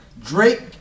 Drake